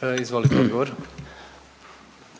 Branko (HDZ)**